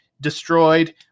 destroyed